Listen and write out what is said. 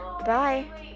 Bye